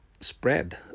spread